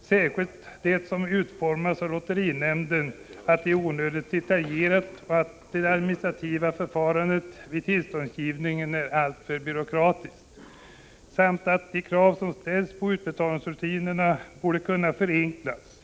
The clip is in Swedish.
särskilt det som utformas av lotterinämnden, är onödigt detaljerat, att det administrativa förfarandet vid tillståndsgivningen är alltför byråkratiskt samt att utbetalningsrutinerna borde kunna förenklas.